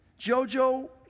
Jojo